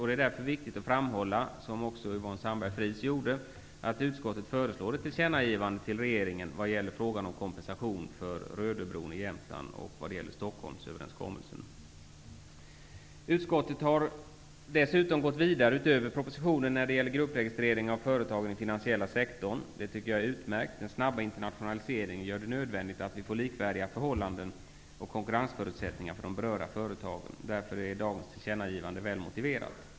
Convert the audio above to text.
Det är därför viktigt att framhålla, som även Yvonne Sandberg-Fries gjorde, att utskottet föreslår ett tillkännagivande till regeringen vad gäller frågan om kompensation för Rödöbron i Utskottet har dessutom gått vidare, utöver propositionen, när det gäller gruppregistrering av företag i den finansiella sektorn. Det tycker jag är utmärkt. Den snabba internationaliseringen gör det nödvändigt att vi får likvärdiga förhållanden och konkurrensförutsättningar för de berörda företagen. Därför är dagens tillkännagivande väl motiverat.